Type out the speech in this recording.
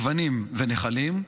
גוונים ונחלים,